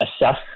assess